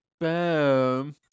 boom